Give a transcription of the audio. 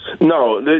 No